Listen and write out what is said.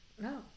No